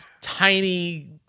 tiny